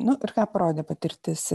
nu ir ką parodė patirtis